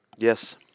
Yes